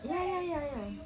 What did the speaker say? ya ya ya ya